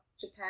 Japan